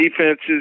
defenses